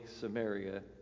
Samaria